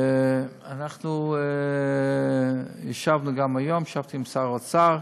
ואנחנו ישבנו גם היום, ישבתי עם שר האוצר,